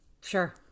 sure